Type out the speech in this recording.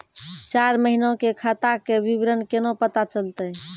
चार महिना के खाता के विवरण केना पता चलतै?